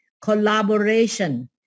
collaboration